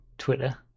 twitter